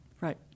right